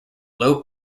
low